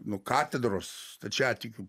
nu katedros stačiatikių